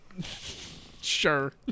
Sure